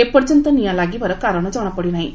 ଏ ପର୍ଯ୍ୟନ୍ତ ନିଆଁ ଲାଗିବାର କାରଣ ଜଣାପଡ଼ି ନାହିଁ